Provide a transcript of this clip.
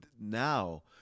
now